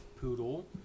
poodle